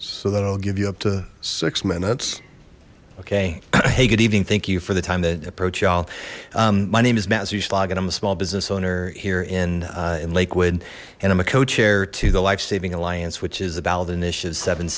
so that i'll give you up to six minutes okay hey good evening thank you for the time that approach y'all my name is matt slog and i'm a small business owner here in in lakewood and i'm a co chair to the life saving alliance which is a ballot initiative seven